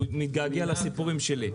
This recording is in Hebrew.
הוא מתגעגע לסיפורים שלי,